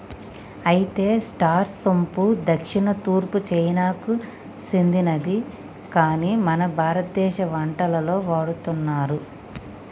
అయితే స్టార్ సోంపు దక్షిణ తూర్పు చైనాకు సెందినది కాని మన భారతదేశ వంటలలో వాడుతున్నారు